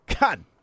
God